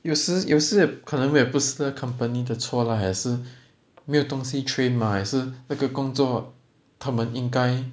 有时有时也不可能没有不是那个 company 的错 lah 也是没有东西 train mah 那个工作他们应该